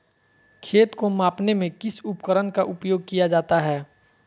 खेत को मापने में किस उपकरण का उपयोग किया जाता है?